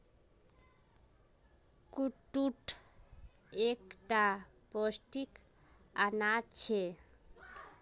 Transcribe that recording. कुट्टू एक टा पौष्टिक अनाज छे